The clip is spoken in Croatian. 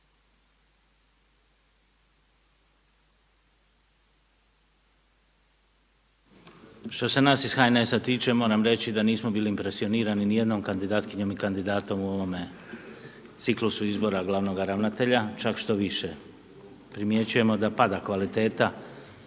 Što se nas iz HNS-a tiče moram reći da nismo bili impresionirani ni jednom kandidatkinjom i kandidatom u ovome ciklusu izbora glavnoga ravnatelja. Čak štoviše, primjećujemo da pada kvaliteta,